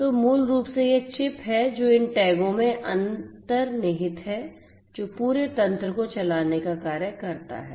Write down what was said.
तो मूल रूप से यह चिप है जो इन टैगों में अंतर्निहित है जो पूरे तंत्र को चलाने का कार्य करता है